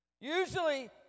Usually